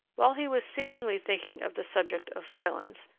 while he was seemingly thinking of the subject of violence,